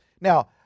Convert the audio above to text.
Now